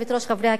חברי הכנסת,